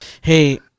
Hey